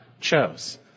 chose